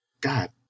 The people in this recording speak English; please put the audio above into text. God